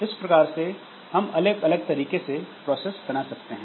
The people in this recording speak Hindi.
इस प्रकार से हम अलग अलग तरीके से प्रोसेस बना सकते हैं